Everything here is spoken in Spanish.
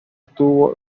tuvo